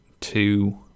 two